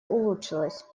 улучшилась